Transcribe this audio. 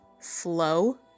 flow